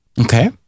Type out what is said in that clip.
Okay